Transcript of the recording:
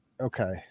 okay